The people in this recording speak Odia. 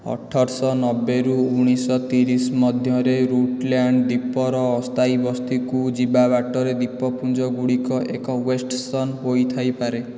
ଅଠରଶହ ନବେ ରୁ ଉଣେଇଶହ ତିରିଶ ମଧ୍ୟରେ ରୁଟଲ୍ୟାଣ୍ଡ୍ ଦ୍ୱୀପର ଅସ୍ଥାୟୀ ବସ୍ତି କୁ ଯିବା ବାଟରେ ଦ୍ୱୀପପୁଞ୍ଜ ଗୁଡ଼ିକ ଏକ ୱେ ଷ୍ଟେସନ ହୋଇଥାଇପାରେ